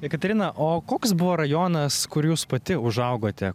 jekaterina o koks buvo rajonas kur jūs pati užaugote